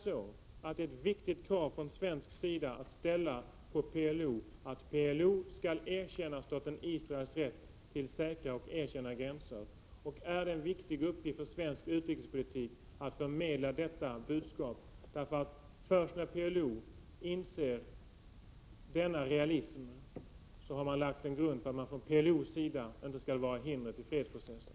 Är det inte viktigt att Sverige kräver att PLO skall erkänna staten Israels rätt till säkra och erkända gränser? Är det inte en viktig uppgift att i den svenska utrikespolitiken förmedla detta budskap? Först när PLO inser denna realism har grunden lagts för att PLO inte skall utgöra ett hinder i fredsprocessen.